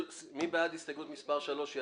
מי בעד הסתייגות מספר 40 של הרשימה המשותפת?